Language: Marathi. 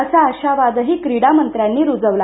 असा आशावादही क्रीडामंत्र्यांनी रुजवला